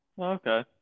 Okay